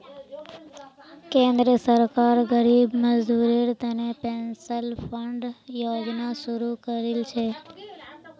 केंद्र सरकार गरीब मजदूरेर तने पेंशन फण्ड योजना शुरू करील छेक